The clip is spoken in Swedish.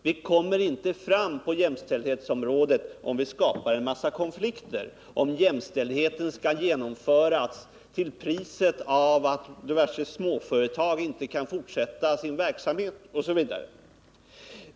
Vi kommer inte fram på jämställdhetsområdet, om vi skapar en massa konflikter om huruvida jämställdheten skall genomföras till priset av att diverse småföretag inte kan fortsätta sin verksamhet osv.